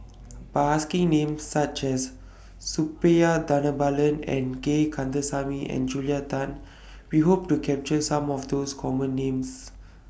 By asking Names such as Suppiah Dhanabalan Gay Kandasamy and Julia Tan We Hope to capture Some of those Common Names